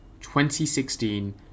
2016